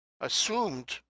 assumed